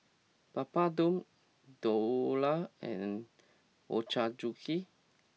Papadum Dhokla and Ochazuke